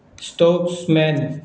stocks ਮੈਨ